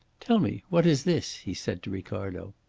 tell me, what is this? he said to ricardo.